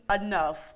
enough